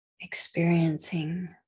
experiencing